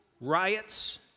riots